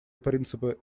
принципы